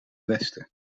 westen